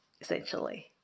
essentially